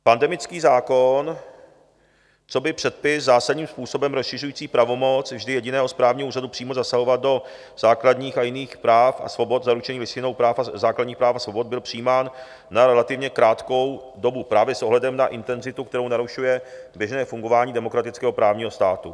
Pandemický zákon coby předpis zásadním způsobem rozšiřující pravomoc vždy jediného správního úřadu přímo zasahovat do základních a jiných práv a svobod zaručených Listinou základních práv a svobod byl přijímán na relativně krátkou dobu právě s ohledem na intenzitu, kterou narušuje běžné fungování demokratického právního státu.